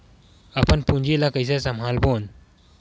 अपन पूंजी ला कइसे संभालबोन?